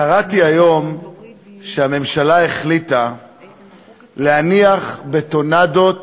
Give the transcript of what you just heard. קראתי היום שהממשלה החליטה להניח בטונדות